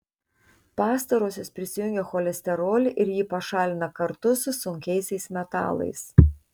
pastarosios prisijungia cholesterolį ir jį pašalina kartu su sunkiaisiais metalais